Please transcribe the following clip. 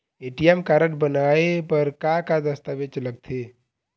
ATM card बनवाए बर का का दस्तावेज लगथे?